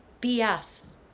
BS